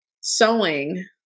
sewing